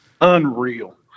Unreal